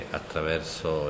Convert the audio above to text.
attraverso